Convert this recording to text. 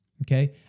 Okay